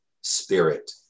spirit